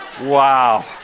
Wow